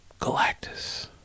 Galactus